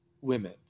women